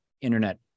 internet